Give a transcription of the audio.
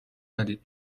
ندید